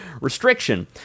restriction